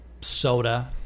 soda